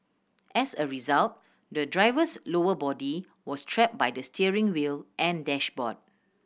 as a result the driver's lower body was trapped by the steering wheel and dashboard